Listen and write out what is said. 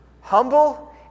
humble